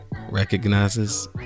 recognizes